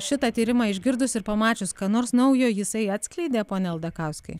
šitą tyrimą išgirdus ir pamačius ką nors naujo jisai atskleidė pone aldakauskai